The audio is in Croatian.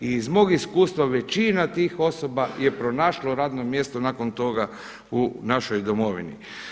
I iz mog iskustva većina tih osoba je pronašlo radno mjesto nakon toga u našoj domovini.